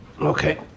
okay